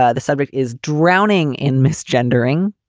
ah the subject is drowning in miss gendering,